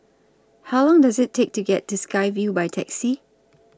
How Long Does IT Take to get to Sky Vue By Taxi